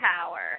power